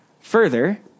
Further